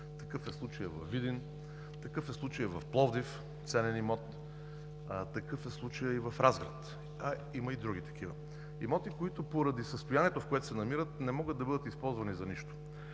Такъв е случаят във Видин, Пловдив – ценен имот, такъв е случаят и в Разград, а има и други такива имоти, които поради състоянието, в което се намират не могат да бъдат използвани за нищо.